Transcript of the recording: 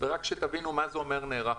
מה זה אומר שנערכנו?